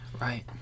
Right